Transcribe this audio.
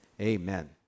amen